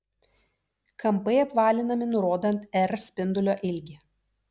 kampai apvalinami nurodant r spindulio ilgį